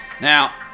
Now